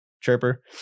chirper